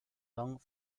dong